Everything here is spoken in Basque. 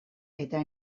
eta